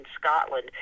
Scotland